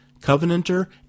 Covenanter